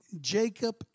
Jacob